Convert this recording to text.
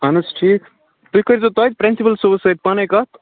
اہن حظ ٹھیٖک تُہۍ کٔرۍ زیٚو تۄہہِ پرنسِپل صٲبَس سۭتۍ پَنٕنۍ کَتھ